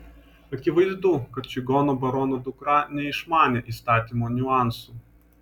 akivaizdu kad čigonų barono dukra neišmanė įstatymų niuansų